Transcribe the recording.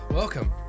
Welcome